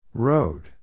Road